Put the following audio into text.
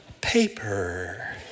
paper